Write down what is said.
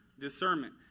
discernment